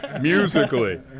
Musically